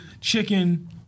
chicken